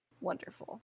Wonderful